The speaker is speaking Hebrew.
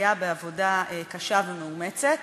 היה בעבודה קשה ומאומצת.